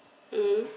mm